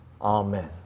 Amen